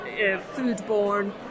foodborne